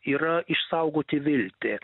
yra išsaugoti viltį